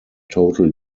total